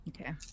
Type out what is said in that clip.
Okay